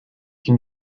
can